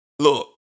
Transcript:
Look